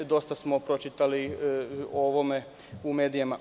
Dosta smo čitali o ovome u medijima.